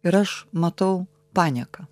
ir aš matau panieka